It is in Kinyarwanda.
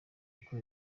uko